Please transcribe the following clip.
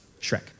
Shrek